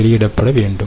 வெளியிடப்பட வேண்டும்